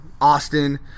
austin